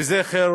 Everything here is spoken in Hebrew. לזכר